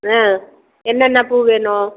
ஆ என்னென்ன பூ வேணும்